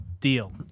Deal